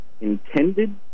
intended